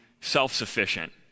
self-sufficient